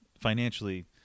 financially